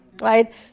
right